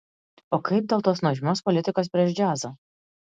o kaip dėl tos nuožmios politikos prieš džiazą